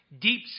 deep